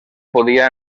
podia